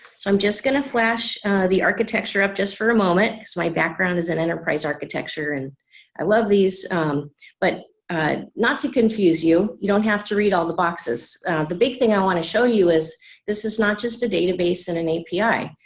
so i'm just gonna flash the architecture up just for a moment so my background is in enterprise architecture and i love these but not to confuse you you don't have to read all the boxes the big thing i want to show you is this is not just a database in an api.